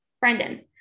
Brendan